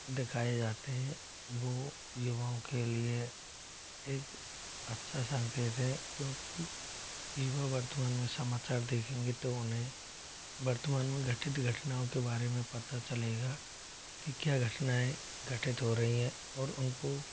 दिखाए जाते हैं वो युवाओं के लिए एक अच्छा संकेत है क्योंकि युवा वर्तमान में समाचार देखेंगे तो उन्हें वर्तमान में घटित घटनाओं के बारे में पता चलेगा की क्या घटनाएँ घटित हो रही हैं और उनको